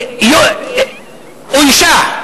אוישה.